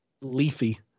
leafy